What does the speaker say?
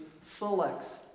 selects